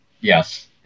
Yes